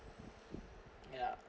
ya